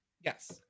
Yes